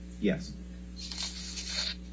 Yes